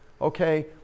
okay